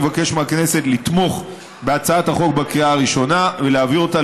אני מבקש מהכנסת לתמוך בהצעת החוק בקריאה הראשונה ולהעביר אותה